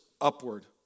upward